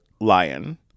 lion